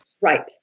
Right